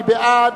מי בעד?